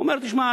הוא אומר: תשמע,